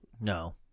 No